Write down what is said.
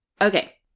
okay